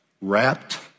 wrapped